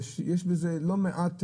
יש בזה לא מעט,